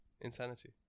insanity